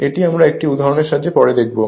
এটি আমরা একটি উদাহরণের সাহায্যে পরে দেখাবো